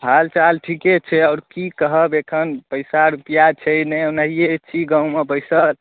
हाल चाल ठीके छै आओर की कहब एखन पैसा रूपआ छै नहि ओनाहिए छी गाँवमे बैसल